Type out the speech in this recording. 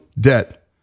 debt